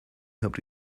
helped